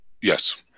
Yes